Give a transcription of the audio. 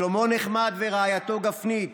שלמה נחמד ורעייתו גפנית